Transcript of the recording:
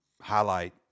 highlight